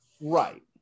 Right